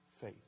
faith